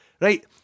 Right